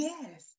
Yes